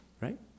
right